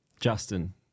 Justin